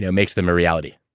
yeah makes them a reality?